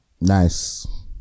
nice